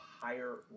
higher